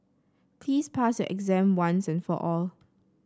please pass your exam once and for all